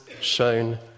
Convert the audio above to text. shown